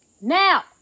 Now